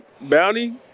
bounty